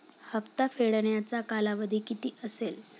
हप्ता फेडण्याचा कालावधी किती असेल?